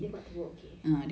dia mat teruk okay